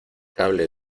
cable